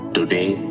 Today